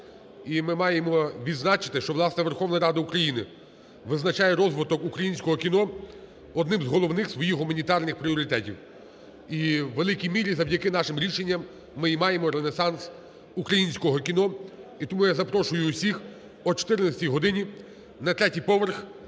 І ми маємо відзначити, що власне Верховна Рада України визначає розвиток українського кіно одним з головних свої гуманітарних пріоритетів. І у великій мірі завдяки нашим рішенням ми і маємо ренесанс українського кіно. І тому я запрошую усіх о 14 годині на третій поверх,